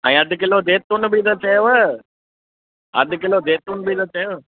ऐं अधु किलो जैतुंन बि त चयंव अधु किलो जैतुन बि त चयंव